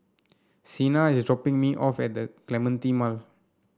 Cena is dropping me off at Clementi Mall